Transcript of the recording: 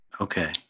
okay